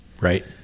Right